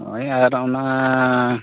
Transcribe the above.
ᱦᱳᱭ ᱟᱨ ᱚᱱᱟ